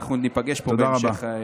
אנחנו עוד ניפגש פה בהמשך הערב.